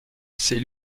c’est